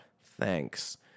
Thanks